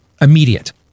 Immediate